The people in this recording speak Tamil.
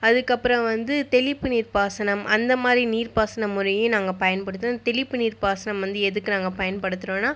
அதுக்கு அப்புறம் வந்து தெளிப்பு நீர் பாசனம் அந்தமாதிரி நீர் பாசனம் முறையே நாங்கள் பயன்படுத்துறோம் தெளிப்பு நீர் பாசனம் வந்து எதுக்கு நாங்கள் பயன் படுத்துகிறோன்னா